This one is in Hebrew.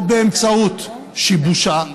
או באמצעות שיבושה,